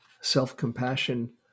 self-compassion